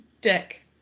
dick